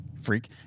Freak